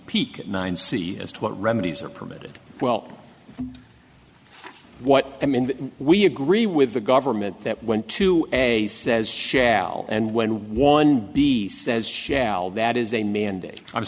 peek at nine c as to what remedies are permitted well what i mean we agree with the government that went to a says shall and when one b says shall that is